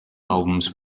albums